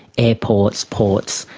airports, ports,